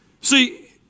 See